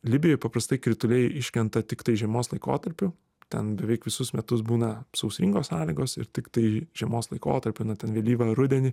libijoj paprastai krituliai iškrenta tiktai žiemos laikotarpiu ten beveik visus metus būna sausringos sąlygos ir tiktai žiemos laikotarpiu na ten vėlyvą rudenį